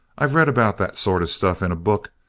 i've read about that sort of stuff in a book,